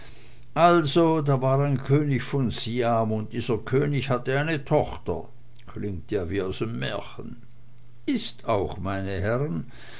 also da war ein könig von siam und dieser könig hatte eine tochter klingt ja wie aus m märchen ist auch meine herren